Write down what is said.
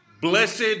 blessed